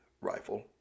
rifle